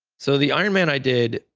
so the ironman i did,